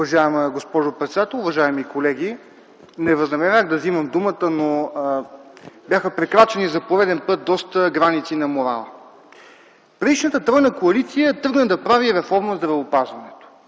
Уважаема госпожо председател, уважаеми колеги! Не възнамерявах да вземам думата, но бяха прекрачени за пореден път доста граници на морала. Предишната тройна коалиция тръгна да прави реформа в здравеопазването